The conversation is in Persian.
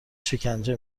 شکنجه